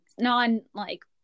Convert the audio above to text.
non-like